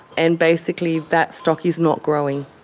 and basically that stock is not growing.